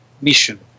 mission